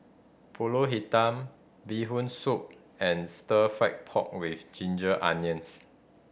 Pulut Hitam Bee Hoon Soup and Stir Fry pork with ginger onions